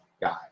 guy